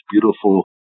beautiful